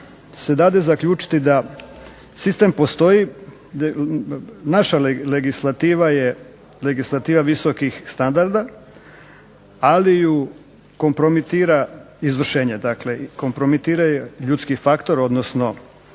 se da zaključiti da sistem postoji, naša legislativa je legislativa visokih standarda, ali ju kompromitira izvršenje, dakle kompromitira je ljudski faktor odnosno